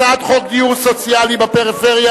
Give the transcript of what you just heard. הצעת חוק דיור סוציאלי בפריפריה,